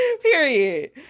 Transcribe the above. period